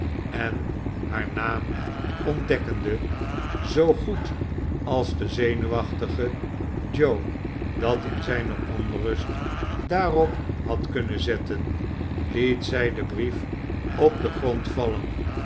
en haar naam ontdekkende zoo goed als de zenuwachtige joe dat in zijne onrust daarop had kunnen zetten liet zij den brief op den grond vallen